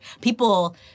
People